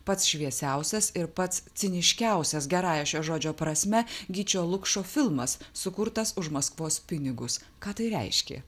pats šviesiausias ir pats ciniškiausias gerąja šio žodžio prasme gyčio lukšo filmas sukurtas už maskvos pinigus ką tai reiškė